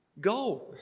go